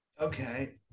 Okay